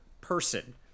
person